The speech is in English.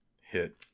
hit